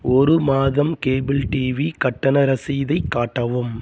ஒரு மாதம் cable TV கட்டண ரசீதைக் காட்டவும்